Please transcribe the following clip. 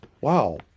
wow